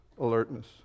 alertness